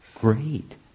great